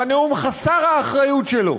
והנאום חסר האחריות שלו,